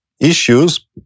issues